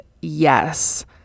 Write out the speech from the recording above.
Yes